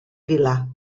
vilà